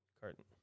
Carton